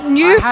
new